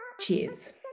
Cheers